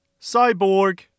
Cyborg